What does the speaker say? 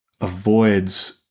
avoids